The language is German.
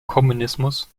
kommunismus